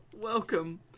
Welcome